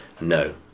No